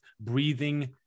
breathing